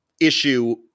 issue